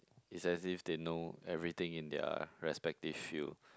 is as if they know everything in their respective field